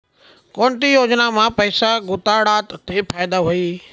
कोणती योजनामा पैसा गुताडात ते फायदा व्हई?